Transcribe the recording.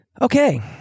okay